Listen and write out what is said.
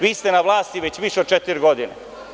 Vi ste na vlasti već više od četiri godine.